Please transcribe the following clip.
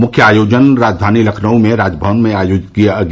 मुख्य आयोजन राजधानी लखनऊ में राजभवन में आयोजित किया गया